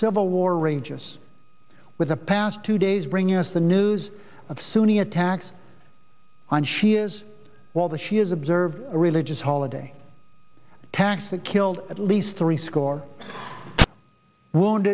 civil war rages with the past two days bringing us the news of sunni attacks on shias while the shias observed a religious holiday tax that killed at least three score wo